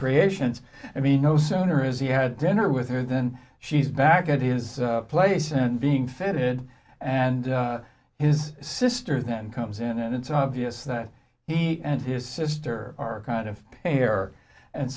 creations i mean no sooner is he had dinner with her than she's back at his place and being fitted and his sister then comes in and it's obvious that he and his sister are kind of pair and